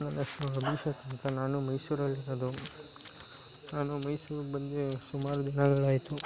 ನನ್ನ ಹೆಸ್ರು ಅಭಿಷೇಕ್ ಅಂತ ನಾನು ಮೈಸೂರಲ್ಲಿ ಇರೋದು ನಾನು ಮೈಸೂರಿಗೆ ಬಂದು ಸುಮಾರು ದಿನಗಳು ಆಯಿತು